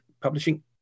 publishing